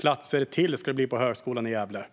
platser på Högskolan i Gävle.